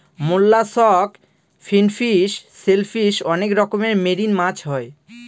mollusc, finfish, shellfish অনেক রকমের marine মাছ হয়